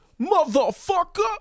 motherfucker